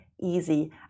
easy